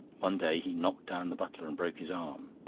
one day he knocked down the butler and broke his arm.